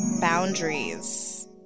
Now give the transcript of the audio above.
boundaries